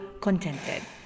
contented